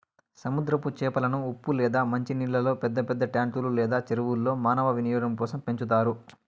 సముద్రపు చేపలను ఉప్పు లేదా మంచి నీళ్ళల్లో పెద్ద పెద్ద ట్యాంకులు లేదా చెరువుల్లో మానవ వినియోగం కోసం పెంచుతారు